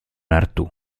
artù